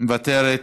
מוותרת.